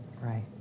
Right